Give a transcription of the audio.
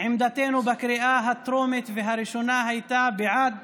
עמדתנו בקריאה הטרומית והראשונה הייתה בעד